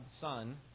son